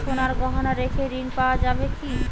সোনার গহনা রেখে ঋণ পাওয়া যাবে কি?